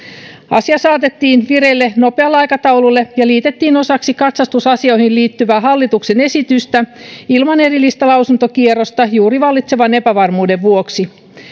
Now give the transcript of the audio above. asia saatettiin vireille nopealla aikataululla ja liitettiin osaksi katsastusasioihin liittyvää hallituksen esitystä ilman erillistä lausuntokierrosta juuri vallitsevan epävarmuuden vuoksi